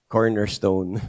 Cornerstone